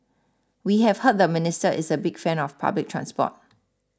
we have heard the minister is a big fan of public transport